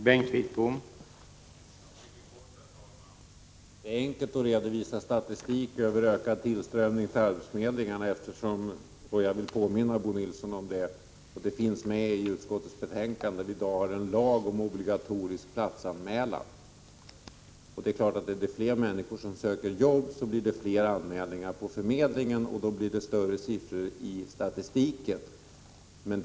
Herr talman! Det är enkelt att redovisa statistik över ökad tillströmning till arbetsförmedlingarna, eftersom vi — jag vill påminna Bo Nilsson om det, och det står i utskottsbetänkandet — i dag har en lag om obligatorisk platsanmälan. Det är klart att om allt fler människor söker jobb, blir det fler anmälningar på förmedlingen. Då blir det högre siffror i statistiken.